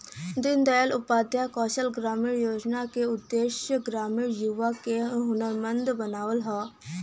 दीन दयाल उपाध्याय कौशल ग्रामीण योजना क उद्देश्य ग्रामीण युवा क हुनरमंद बनावल हउवे